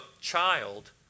child